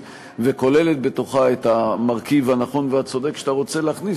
וכוללת בתוכה את המרכיב הנכון והצודק שאתה רוצה להכניס,